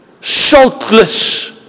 saltless